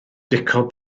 dico